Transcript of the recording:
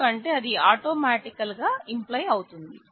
ఎందుకంటే అది ఆటోమెటికల్గా ఇంప్లై అవుతుంది